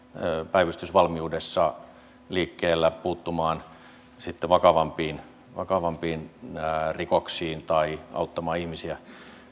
päivystysvalmiudessa liikkeellä puuttumaan sitten vakavampiin vakavampiin rikoksiin tai auttamaan ihmisiä